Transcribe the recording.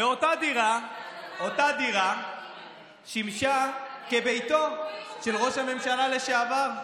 אותה דירה ששימשה כביתו של ראש הממשלה לשעבר.